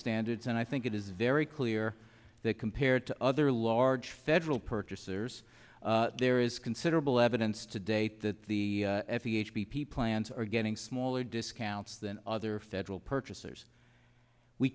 standards and i think it is very clear that compared to other large federal purchasers there is considerable evidence to date that the at the age b p plans are getting smaller discounts than other federal purchasers we